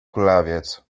kulawiec